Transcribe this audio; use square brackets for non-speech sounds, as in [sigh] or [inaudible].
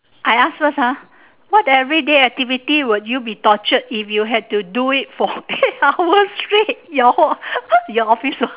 I ask first ha what everyday activity would you be tortured if you had to do it for eight hours straight your [laughs] what your office would